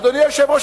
אדוני היושב-ראש,